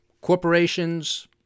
corporations